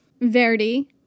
Verdi